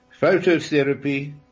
Phototherapy